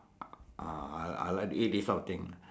ah I I like to eat this sort of thing